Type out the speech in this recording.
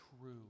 true